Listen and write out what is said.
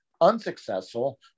unsuccessful